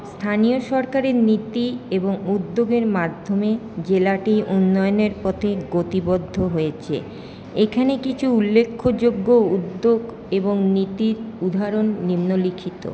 স্থানীয় সরকারের নীতি এবং উদ্যোগের মাধ্যমে জেলাটি উন্নয়নের পথে গতিবদ্ধ হয়েছে এখানে কিছু উল্লেখযোগ্য উদ্যোগ এবং নীতির উদাহরণ নিম্নলিখিত